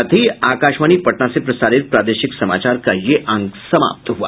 इसके साथ ही आकाशवाणी पटना से प्रसारित प्रादेशिक समाचार का ये अंक समाप्त हुआ